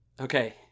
Okay